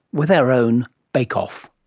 with our own bake-off.